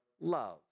love